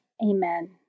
Amen